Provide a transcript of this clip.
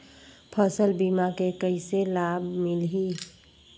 फसल बीमा के कइसे लाभ मिलही?